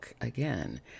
again